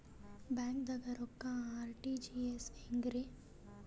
ಬ್ಯಾಂಕ್ದಾಗ ರೊಕ್ಕ ಆರ್.ಟಿ.ಜಿ.ಎಸ್ ಹೆಂಗ್ರಿ?